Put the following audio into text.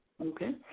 Okay